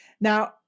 Now